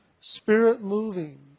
spirit-moving